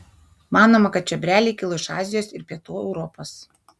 manoma kad čiobreliai kilo iš azijos ir pietų europos